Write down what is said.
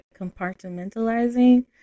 compartmentalizing